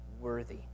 worthy